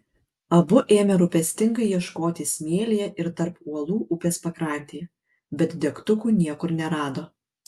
abu ėmė rūpestingai ieškoti smėlyje ir tarp uolų upės pakrantėje bet degtukų niekur nerado